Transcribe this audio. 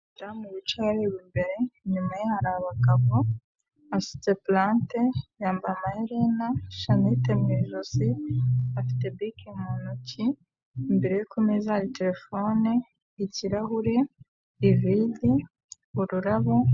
Madamu wicaye areba imbere, inyuma ye hari bagabo, asutse purante yambaye amaherena, shanete mu ijosi, afite bike mu ntoki, imbere ye kumeza hari terefone, ikirahuri, ivide, ururabo.